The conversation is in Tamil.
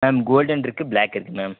மேம் கோல்டன் இருக்கு பிளாக் இருக்கு மேம்